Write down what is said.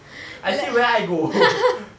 I see where I go